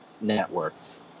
Networks